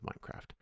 Minecraft